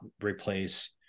replace